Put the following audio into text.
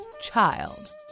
Child